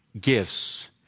gifts